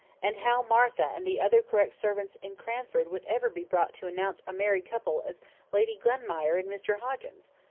and how martha and the other correct servants in cranford would ever be brought to announce a married couple as lady glenmire and mr hoggins?